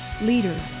leaders